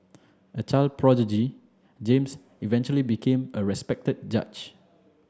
a child prodigy James eventually became a respected judge